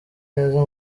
neza